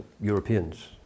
Europeans